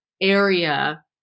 area